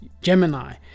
gemini